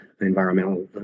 environmental